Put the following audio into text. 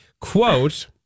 Quote